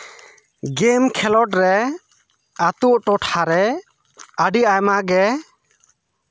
game ᱠᱷᱮᱞᱳᱰ ᱨᱮ ᱟᱹᱛᱩ ᱴᱚᱴᱷᱟᱨᱮ ᱟᱹᱰᱤ ᱟᱭᱢᱟ ᱜᱮ